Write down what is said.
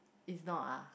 it's not ah